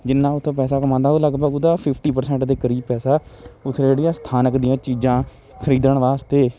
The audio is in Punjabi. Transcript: ਜਿੰਨਾ ਉੱਥੇ ਪੈਸਾ ਕਮਾਉਂਦਾ ਉਹ ਲਗਭਗ ਉਹਦਾ ਫਿਫਟੀ ਪ੍ਰਸੈਂਟ ਦੇ ਕਰੀਬ ਪੈਸਾ ਉੱਥੇ ਜਿਹੜੀਆਂ ਸਥਾਨਕ ਦੀਆਂ ਚੀਜ਼ਾਂ ਖਰੀਦਣ ਵਾਸਤੇ